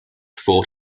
fort